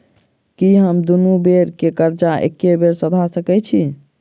की हम दुनू बेर केँ कर्जा एके बेर सधा सकैत छी?